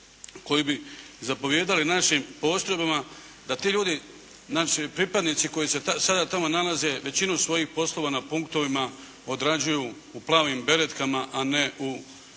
koji bi zapovijedali našim postrojbama, da ti ljudi, znači pripadnici koji se sada tamo nalaze, većinu svojih poslova na punktovima odrađuju u plavim beretkama a ne u plavim